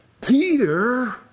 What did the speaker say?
Peter